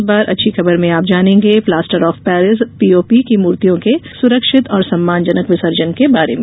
इस बार अच्छी खबर में आप जानेंगे प्लाटर ऑफ पेरिस पीओपी की मूर्तियों के सुरक्षित और सम्मानजनक विसर्जन के बारे में